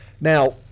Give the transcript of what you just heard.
Now